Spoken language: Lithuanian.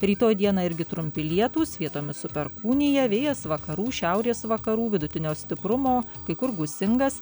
rytoj dieną irgi trumpi lietūs vietomis su perkūnija vėjas vakarų šiaurės vakarų vidutinio stiprumo kai kur gūsingas